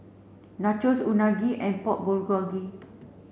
Nachos Unagi and Pork Bulgogi